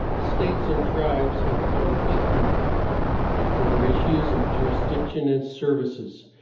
states and tribes have conflicted over issues of jurisdiction and services.